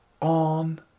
on